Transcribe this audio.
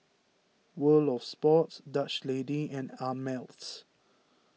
World of Sports Dutch Lady and Ameltz